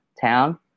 town